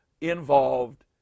involved